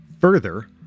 Further